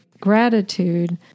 gratitude